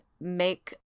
make